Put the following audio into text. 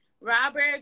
Robert